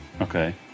Okay